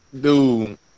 dude